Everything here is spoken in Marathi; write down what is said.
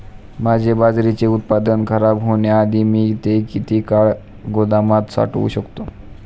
माझे बाजरीचे उत्पादन खराब होण्याआधी मी ते किती काळ गोदामात साठवू शकतो?